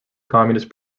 communist